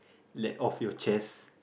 let off your chest